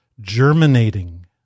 Germinating